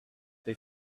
they